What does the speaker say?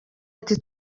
ati